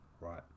right